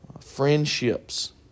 Friendships